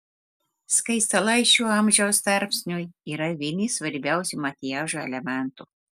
skaistalai šiuo amžiaus tarpsniu yra vieni svarbiausių makiažo elementų